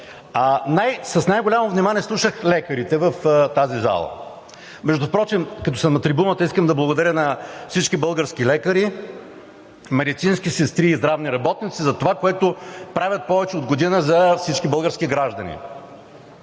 С най-голямо внимание слушах лекарите в тази зала. Впрочем, като съм на трибуната, искам да благодаря на всички български лекари, медицински сестри и здравни работници за това, което правят повече от година за всички български граждани.